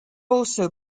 also